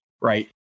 right